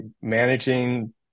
managing